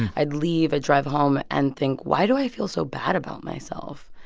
i'd leave i'd drive home and think, why do i feel so bad about myself?